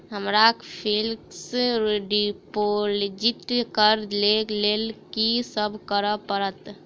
हमरा fix deposit करऽ केँ लेल की सब करऽ पड़त?